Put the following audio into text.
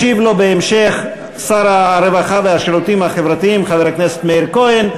ישיב לו בהמשך שר הרווחה והשירותים החברתיים חבר הכנסת מאיר כהן.